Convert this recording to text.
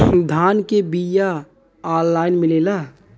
धान के बिया ऑनलाइन मिलेला?